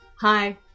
Hi